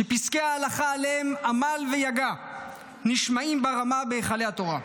שפסקי ההלכה שעליהם עמל ויגע נשמעים ברמה בהיכלי התורה.